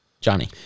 Johnny